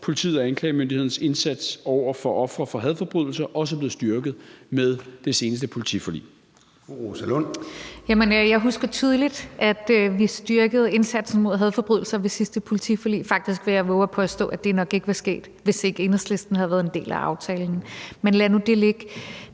politiets og anklagemyndighedens indsats over for ofre for hadforbrydelser også bliver styrket med det seneste politiforlig. Kl. 14:26 Formanden (Søren Gade): Fru Rosa Lund. Kl. 14:26 Rosa Lund (EL): Jamen jeg husker tydeligt, at vi styrkede indsatsen mod hadforbrydelser ved sidste politiforlig; faktisk vil jeg vove at påstå, at det nok ikke var sket, hvis ikke Enhedslisten havde været en del af aftalen. Men lad nu det ligge.